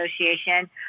association